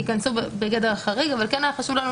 ייכנסו בגדר החריג אבל כן היה חשוב לנו